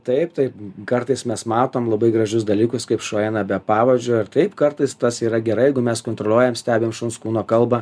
taip tai kartais mes matom labai gražius dalykus kaip šuo eina be pavadžio ir taip kartais tas yra gerai jeigu mes kontroliuojam stebim šuns kūno kalbą